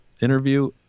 interview